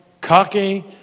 cocky